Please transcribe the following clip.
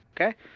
okay